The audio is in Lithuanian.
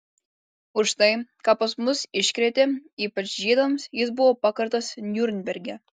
už tai ką pas mus iškrėtė ypač žydams jis buvo pakartas niurnberge